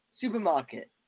supermarket